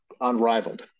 unrivaled